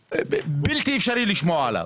בלתי אפשרי לשמוע עליו?